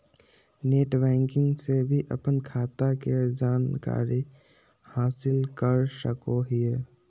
net banking से भी अपन खाता के जानकारी हासिल कर सकोहिये